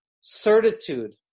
certitude